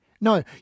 No